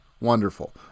wonderful